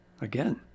Again